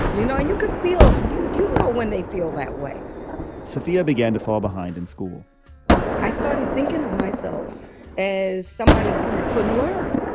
you know? and you could feel you you know when they feel that way sufia began to fall behind in school i started thinking of myself as somebody who couldn't learn,